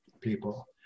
people